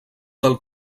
del